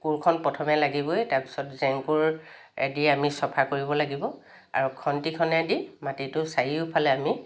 কোৰখন প্ৰথমে লাগিবই তাৰপিছত জেংকোৰেদি আমি চফা কৰিব লাগিব আৰু খন্তিখনেদি মাটিটো চাৰিওফালে আমি